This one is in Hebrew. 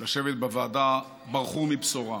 לשבת בוועדה ברחו מבשורה.